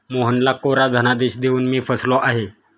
मोहनला कोरा धनादेश देऊन मी फसलो आहे